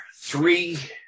three